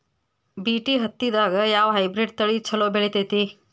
BT ಹತ್ತಿದಾಗ ಯಾವ hybrid ತಳಿ ಛಲೋ ಬೆಳಿತೈತಿ?